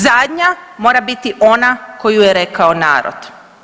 Zadnja mora biti ona koju je rekao narod.